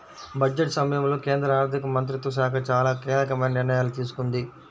budget సమయంలో కేంద్ర ఆర్థిక మంత్రిత్వ శాఖ చాలా కీలకమైన నిర్ణయాలు తీసుకుంది